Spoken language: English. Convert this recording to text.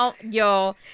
yo